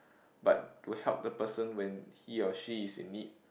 but to help the person when he or she is in need